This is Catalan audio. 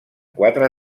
quatre